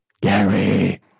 Gary